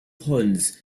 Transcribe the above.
ponds